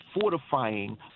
fortifying